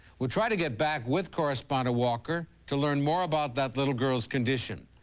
we'll try to get back with correspondent walker to learn more about that little girl's condition.